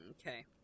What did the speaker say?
okay